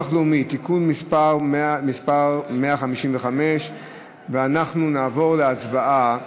הלאומי (תיקון מס' 155). אנחנו נעבור להצבעה